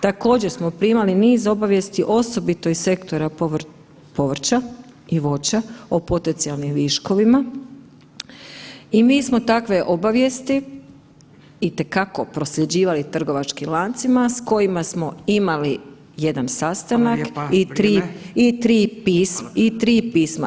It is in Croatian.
Također smo primali niz obavijesti osobito iz sektora povrća i voća o potencijalnim viškovima i mi smo takve obavijesti itekako prosljeđivali trgovačkim lancima s kojima smo imali jedan sastanak i 3 pisma.